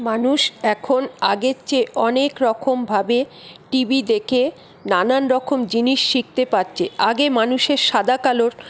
মানুষ এখন আগের চেয়ে অনেক রকমভাবে টিভি দেখে নানানরকম জিনিস শিখতে পারছে আগে মানুষের সাদা কালোর